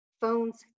phones